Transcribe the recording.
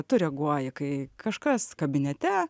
tu reaguoji kai kažkas kabinete